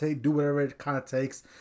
do-whatever-it-kind-of-takes